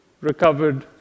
recovered